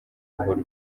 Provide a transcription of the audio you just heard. uhora